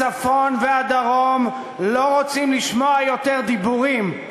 הצפון והדרום לא רוצים לשמוע יותר דיבורים,